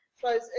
flows